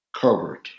Covered